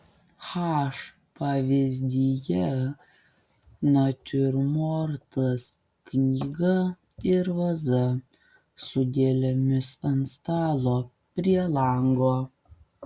h pavyzdyje natiurmortas knyga ir vaza su gėlėmis ant stalo prie lango